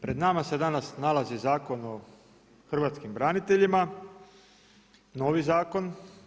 Pred nama se danas nalazi Zakon o hrvatskim braniteljima, novi zakon